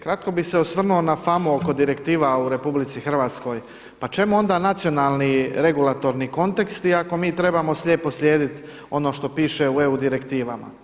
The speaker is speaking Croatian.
Kratko bih se osvrnuo na famu oko direktiva u RH, pa čemu onda nacionalni regulatorni konteksti ako mi trebamo slijepo slijediti ono što piše u EU direktivama.